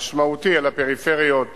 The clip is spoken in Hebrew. משמעותי על הפריפריות בגליל,